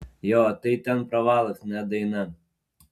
jo tai ten pravalas ne daina